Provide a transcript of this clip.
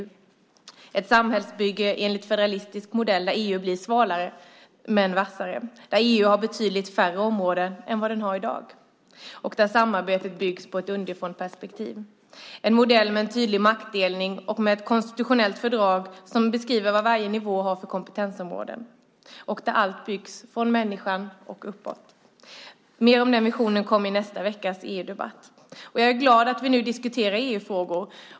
Det är ett samhällsbygge enligt federalistisk modell där EU blir smalare men vassare, där EU har betydligt färre områden än vad det har i dag och där samarbetet byggs på ett underifrånperspektiv. Det är en modell med en tydlig maktdelning och med ett konstitutionellt fördrag som beskriver vad varje nivå har för kompetensområden och där allt byggs från människan och uppåt. Mer om den visionen kommer i nästa veckas EU-debatt. Jag är glad att vi nu diskuterar EU-frågor.